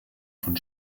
von